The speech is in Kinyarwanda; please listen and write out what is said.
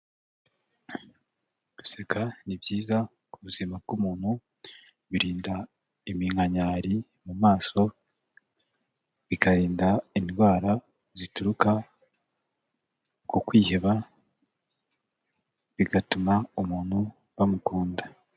Guseka ni byiza ku buzima bw'umuntu, birinda iminkanyari mu maso, bikarinda indwara zituruka ku kwiheba, bigatuma umuntu bamukanda.